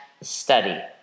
study